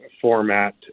format